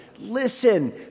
listen